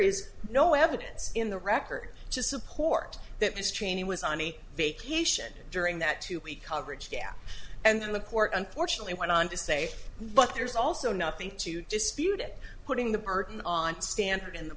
is no evidence in the record to support that this cheney was on a vacation during that two week coverage gap and the court unfortunately went on to say but there's also nothing to dispute it putting the burden on standard in the